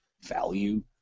value